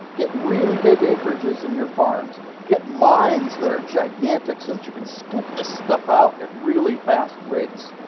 get really big acreages in your farms. get mines that are gigantic so that you can scoop this stuff out at really fast rates.